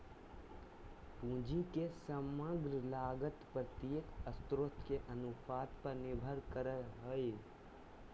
पूंजी के समग्र लागत प्रत्येक स्रोत के अनुपात पर निर्भर करय हइ